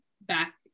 back